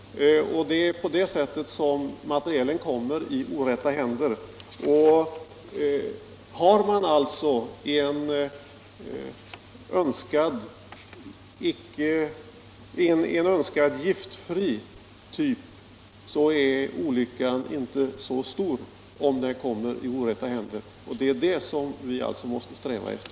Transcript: Rökgranater kommer ibland i orätta händer, men har man då en önskad giftfri typ blir olyckan inte så stor. Det är detta vi alltså måste sträva efter.